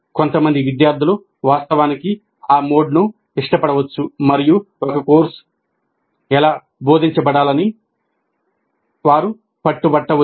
కొంతమంది విద్యార్థులు వాస్తవానికి ఆ మోడ్ను ఇష్టపడవచ్చు మరియు ఒక కోర్సు అలాగే బోధించబడాలని వారు పట్టుబట్టవచ్చు